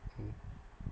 mm